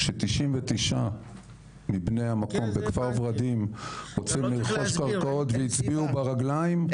כש-99 מבני המקום בכפר ורדים רוצים לרכוש קרקעות והצביעו ברגליים,